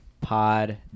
Pod